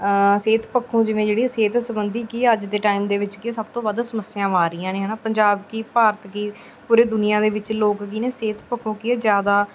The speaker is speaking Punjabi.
ਸਿਹਤ ਪੱਖੋਂ ਜਿਵੇਂ ਜਿਹੜੀਆਂ ਸਿਹਤ ਸੰਬੰਧੀ ਕੀ ਅੱਜ ਦੇ ਟਾਈਮ ਦੇ ਵਿੱਚ ਕੀ ਹੈ ਸਭ ਤੋਂ ਵੱਧ ਸਮੱਸਿਆਵਾਂ ਆ ਰਹੀਆਂ ਨੇ ਹੈ ਨਾ ਪੰਜਾਬ ਕੀ ਭਾਰਤ ਕੀ ਪੂਰੀ ਦੁਨੀਆਂ ਦੇ ਵਿੱਚ ਲੋਕ ਕੀ ਨੇ ਸਿਹਤ ਪੱਖੋਂ ਕੀ ਹੈ ਜ਼ਿਆਦਾ